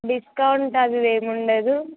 discount అది ఏముండదు